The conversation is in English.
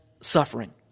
suffering